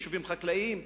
יישובים חקלאיים,